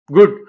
Good